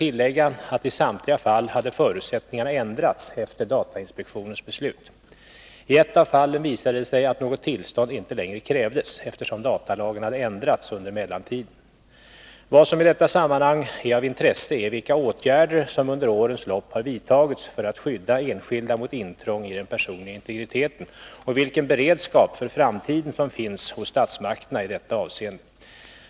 tillägga att i samtliga fall hade förutsättningarna ändrats efter datainspektionens beslut. I ett av fallen visade det sig att något tillstånd inte längre krävdes, eftersom datalagen hade ändrats under mellantiden. Vad som i detta sammanhang är av intresse är vilka åtgärder som under årens lopp har vidtagits för att skydda enskilda mot intrång i den personliga integriteten och vilken beredskap för framtiden som finns hos statsmakterna i detta avseende.